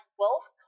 wealth